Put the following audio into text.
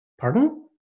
Pardon